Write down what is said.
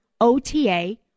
OTA